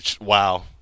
Wow